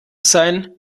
sein